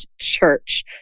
Church